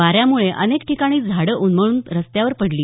वाऱ्यामुळे अनेक ठिकाणी झाडं उन्मळून रस्त्यावर पडली